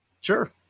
Sure